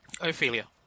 Ophelia